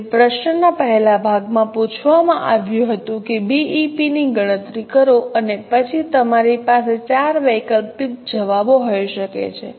તેથી પ્રશ્નના પહેલા ભાગમાં પૂછવામાં આવ્યું હતું કે બીઈપીની ગણતરી કરો અને તમારી પાસે ચાર વૈકલ્પિક જવાબો હોઈ શકે છે